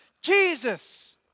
Jesus